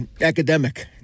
academic